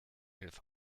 elf